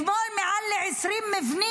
אתמול פוצץ הצבא מעל 20 מבנים